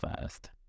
fast